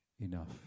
enough